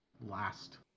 last